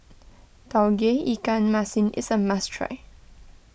Tauge Ikan Masin is a must try